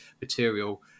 material